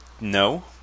no